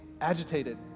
agitated